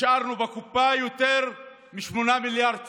השארנו בקופה יותר מ-8 מיליארד שקל,